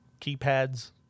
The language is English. keypads